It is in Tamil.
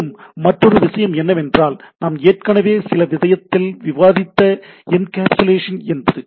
மேலும் மற்றொரு விஷயம் என்னவென்றால் நாம் ஏற்கனவே சில விதத்தில் விவாதித்த என்கேப்சுலேசன் என்பது